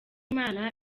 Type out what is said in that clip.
imana